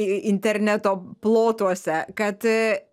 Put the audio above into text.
interneto plotuose kad